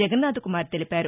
జగన్నాథకుమార్ తెలిపారు